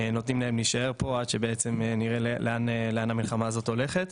נותנים להם להישאר פה עד שנראה לאן המלחמה הזאת הולכת.